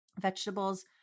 Vegetables